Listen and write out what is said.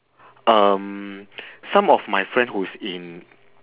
um some of my friend who's in